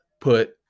put